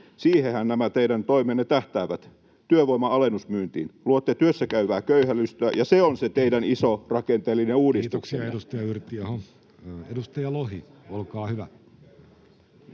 koputtaa] nämä teidän toimenne tähtäävät, työvoiman alennusmyyntiin. Luotte työssäkäyvää köyhälistöä, ja se on se teidän iso rakenteellinen uudistuksenne. Kiitoksia, edustaja Yrttiaho. — Edustaja Lohi, olkaa hyvä.